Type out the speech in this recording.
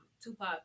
Tupac